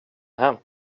hem